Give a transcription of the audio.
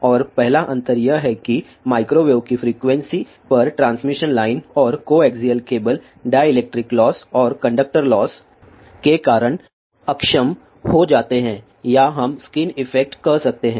और पहला अंतर यह है कि माइक्रोवेव की फ्रीक्वेंसी पर ट्रांसमिशन लाइन और coaxial cable dielectric loss और कंडक्टर लॉस के कारण अक्षम हो जाते हैं या हम स्किन इफ़ेक्ट कह सकते हैं